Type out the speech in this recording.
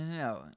no